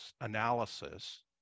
analysis